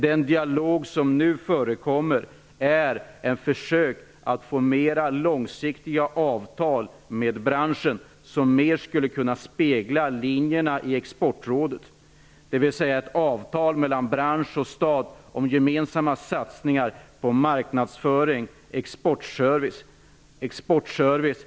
Den dialog som nu förekommer är ett försök att få mer långsiktiga avtal med branschen som skulle kunna spegla Exportrådets linjer. Det skulle vara ett avtal mellan bransch och stat om gemensamma satsningar på marknadsföring och exportservice.